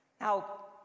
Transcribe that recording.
Now